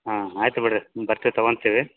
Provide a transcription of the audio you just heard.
ಹಾಂ ಆಯಿತು ಬಿಡಿರಿ ಬರ್ತೀವಿ ತೊಗೊಳ್ತೀವಿ